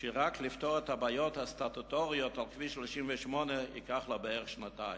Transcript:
כי רק לפתור את הבעיות הסטטוטוריות על כביש 38 ייקח לו בערך שנתיים.